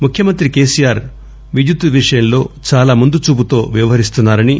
ముఖ్యమంత్రి కేసీఆర్ విద్యుత్ విషయంలో చాలా ముందు చూపుతో వ్యవహరిస్తున్నారని